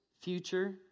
future